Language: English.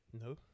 No